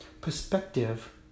perspective